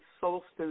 solstice